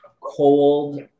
cold